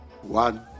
one